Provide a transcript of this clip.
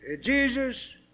Jesus